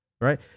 Right